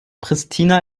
pristina